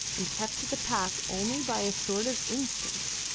and kept to the path only by a sort of instinct,